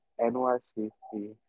n-y-c-c